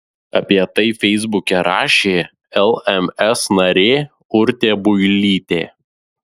apie tai feisbuke rašė lms narė urtė builytė